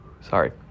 Sorry